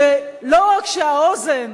שלא רק שהאוזן